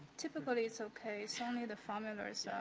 typically it's okay, it's yeah only the format